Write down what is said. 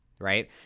right